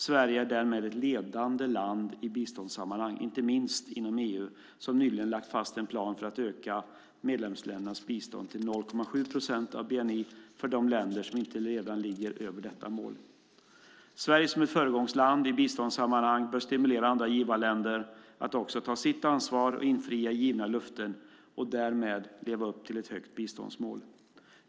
Sverige är därmed ett ledande land i biståndssammanhang, inte minst inom EU som nyligen lagt fast en plan för att öka medlemsländernas bistånd till 0,7 procent av bni för de länder som inte redan ligger över detta mål. Sverige som ett föregångsland i biståndssammanhang bör stimulera andra givarländer att också ta sitt ansvar och infria givna löften och därmed leva upp till ett högt biståndsmål.